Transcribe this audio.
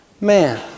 man